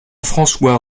françois